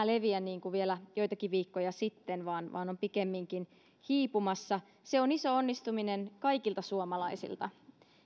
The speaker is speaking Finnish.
leviä niin kuin vielä joitakin viikkoja sitten vaan vaan on pikemminkin hiipumassa se on iso onnistuminen kaikilta suomalaisilta